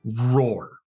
roar